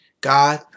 God